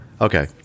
Okay